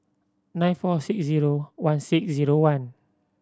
nine four six zero one six zero one